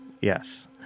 Yes